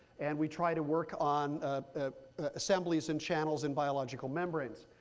and we try to work on ah assemblies and channels in biological membranes.